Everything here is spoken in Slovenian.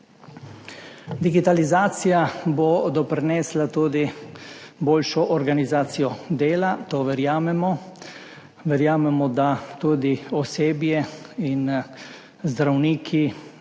Digitalizacija bo prinesla tudi boljšo organizacijo dela. Verjamemo, da tudi osebje in zdravniki